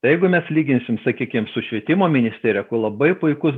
tai jeigu mes lyginsim sakykim su švietimo ministerija kur labai puikus